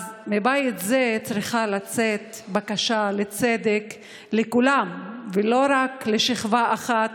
אז מבית זה צריכה לצאת בקשה לצדק לכולם ולא רק לשכבה אחת,